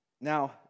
Now